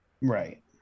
right